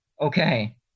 okay